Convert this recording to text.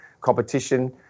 competition